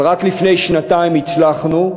אבל רק לפני שנתיים הצלחנו.